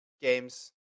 games